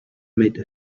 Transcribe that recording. made